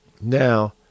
Now